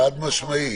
חד משמעי.